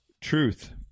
truth